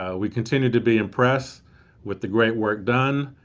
um we continue to be impressed with the great work done,